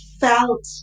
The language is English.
felt